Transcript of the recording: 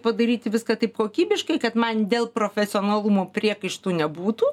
padaryti viską taip kokybiškai kad man dėl profesionalumo priekaištų nebūtų